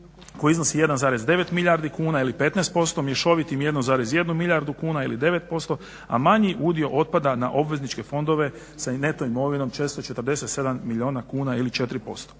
koji iznosi 1,9 milijardi kuna ili 15%, mješovitim 1,1 milijardu kuna ili 9%, a manji udio otpada na obvezničke fondove sa neto imovinom 447 milijuna kuna ili 4%.